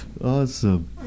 Awesome